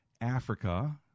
Africa